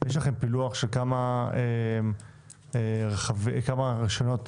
יש לכם פילוח לגבי מספר רישיונות